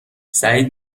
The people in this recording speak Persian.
سعید